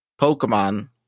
Pokemon